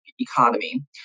economy